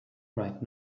right